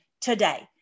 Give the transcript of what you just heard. today